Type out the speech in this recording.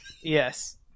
Yes